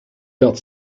got